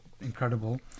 incredible